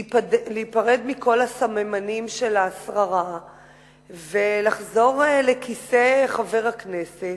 להיפרד מכל הסממנים של השררה ולחזור לכיסא חבר הכנסת,